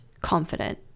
confident